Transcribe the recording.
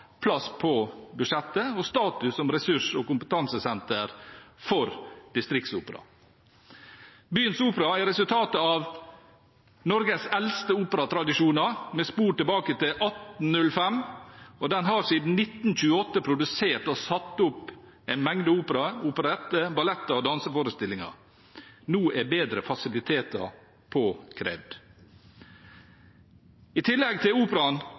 plass på budsjettet, og som har status som ressurs- og kompetansesenter for distriktsopera. Byens opera er resultatet av Norges eldste operatradisjoner, med spor tilbake til 1805, og den har siden 1928 produsert og satt opp en mengde operaer, operetter, balletter og danseforestillinger. Nå er bedre fasiliteter påkrevd. I tillegg til operaen